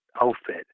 outfit